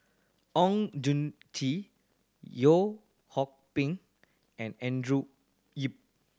Oon Jin Gee Ping and Andrew Yip